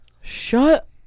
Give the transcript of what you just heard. Shut